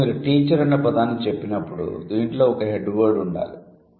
కాబట్టి మీరు 'టీచర్' అన్న పదాన్ని చెప్పినప్పుడు దీంట్లో ఒక 'హెడ్ వర్డ్ ' ఉండాలి